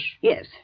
Yes